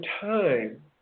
time